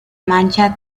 mancha